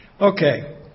Okay